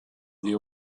the